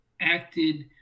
acted